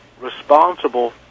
responsible